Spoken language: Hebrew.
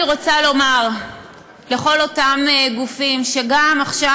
אני רוצה לומר לכל אותם גופים שגם עכשיו,